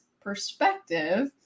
perspective